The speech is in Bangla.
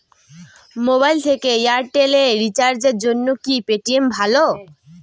মোবাইল থেকে এয়ারটেল এ রিচার্জের জন্য কি পেটিএম ভালো?